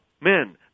men